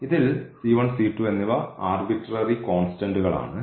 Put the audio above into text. ഇതിൽ എന്നിവ ആർബിട്രറി കോൺസ്റ്റന്റ്കളാണ്